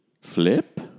Flip